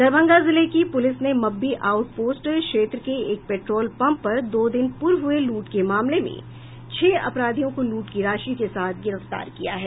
दरभंगा जिले की प्रलिस ने मब्बी आउट पोस्ट क्षेत्र के एक पेट्रोल पंप पर दो दिन पूर्व हुये लूट के मामले में छह अपराधियों को लूट की राशि के साथ गिरफ्तार किया है